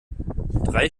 drei